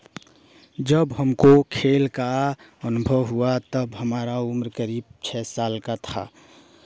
जब हमको खेल का अनुभव हुआ तब हमारा उम्र करीब छः साल का था